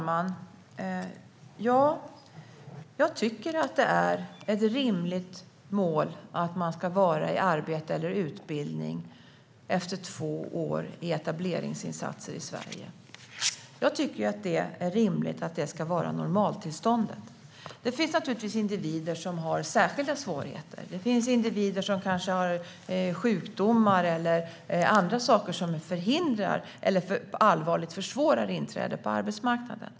Herr talman! Det är ett rimligt mål att människor ska vara i arbete eller utbildning efter två år i etableringsinsatser i Sverige. Det är rimligt att det ska vara normaltillståndet. Det finns naturligtvis individer som har särskilda svårigheter. Det finns individer som kanske har sjukdomar eller andra saker som förhindrar eller allvarligt försvårar inträde på arbetsmarknaden.